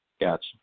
Gotcha